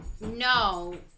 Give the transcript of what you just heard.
no